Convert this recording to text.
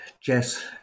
Jess